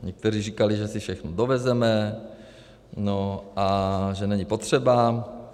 Někteří říkali, že si všechno dovezeme, že není potřeba.